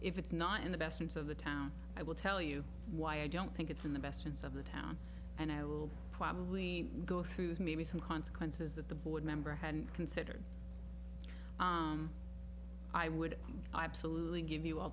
if it's not in the best rooms of the town i will tell you why i don't think it's in the best chance of the town and i will probably go through with maybe some consequences that the board member hadn't considered i would absolutely give you